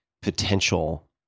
potential